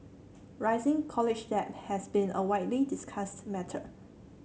rising college debt has been a widely discussed matter